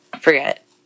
Forget